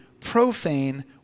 profane